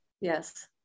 Yes